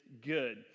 good